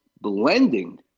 blending